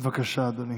בבקשה, אדוני,